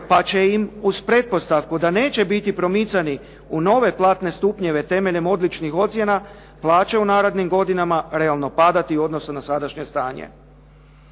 pa će im uz pretpostavku da neće biti promicani u nove platne stupnjeve temeljem odličnih ocjena plaće u narodnim godinama realno padati u odnosu na sadašnje stanje.